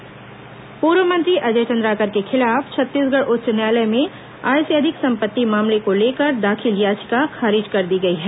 high court Ajay Chandrakar पूर्व मंत्री अजय चंद्राकर के खिलाफ छत्तीसगढ़ उच्च न्यायालय में आय से अधिक संपत्ति मामले को लेकर दाखिल याचिका खारिज कर दी गई है